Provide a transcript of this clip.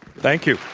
thank you.